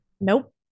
Nope